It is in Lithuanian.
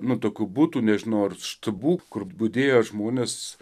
na tokių butų nežinau ar štabų kur budėjo žmonės